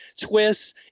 twists